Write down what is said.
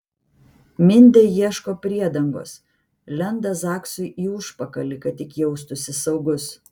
mindė ieško priedangos lenda zaksui į užpakalį kad tik jaustųsi saugus